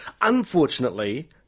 Unfortunately